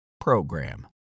PROGRAM